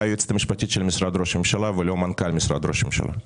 היועצת המשפטית של משרד ראש הממשלה ולא מנכ"ל משרד ראש הממשלה?